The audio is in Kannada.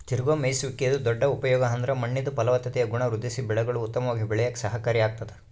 ತಿರುಗೋ ಮೇಯ್ಸುವಿಕೆದು ದೊಡ್ಡ ಉಪಯೋಗ ಅಂದ್ರ ಮಣ್ಣಿಂದು ಫಲವತ್ತತೆಯ ಗುಣ ವೃದ್ಧಿಸಿ ಬೆಳೆಗುಳು ಉತ್ತಮವಾಗಿ ಬೆಳ್ಯೇಕ ಸಹಕಾರಿ ಆಗ್ತತೆ